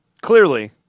Clearly